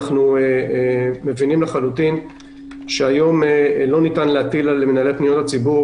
אנחנו מבינים לחלוטין שהיום לא ניתן להטיל על מנהלי פניות הציבור